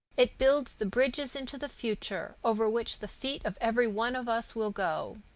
it builds the bridges into the future, over which the feet of every one of us will go.